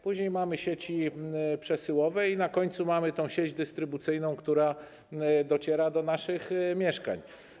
Później mamy sieci przesyłowe i na końcu mamy sieć dystrybucyjną, która dociera do naszych mieszkań.